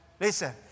Listen